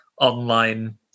online